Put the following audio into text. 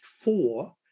four